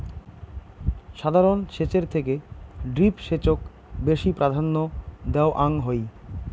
সাধারণ সেচের থেকে ড্রিপ সেচক বেশি প্রাধান্য দেওয়াং হই